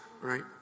right